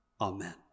Amen